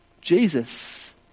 Jesus